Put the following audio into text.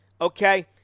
okay